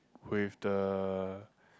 with the